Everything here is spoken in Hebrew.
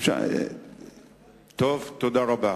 תודה רבה.